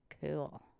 Cool